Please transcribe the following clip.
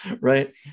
Right